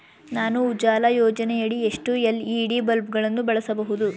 ನಾನು ಉಜಾಲ ಯೋಜನೆಯಡಿ ಎಷ್ಟು ಎಲ್.ಇ.ಡಿ ಬಲ್ಬ್ ಗಳನ್ನು ಬಳಸಬಹುದು?